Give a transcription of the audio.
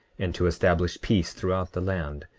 and to establish peace throughout the land,